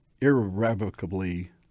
irrevocably